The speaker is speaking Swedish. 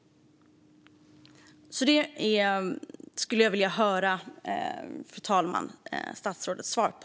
Detta skulle jag vilja höra statsrådets svar på.